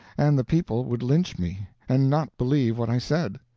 and the people would lynch me, and not believe what i said.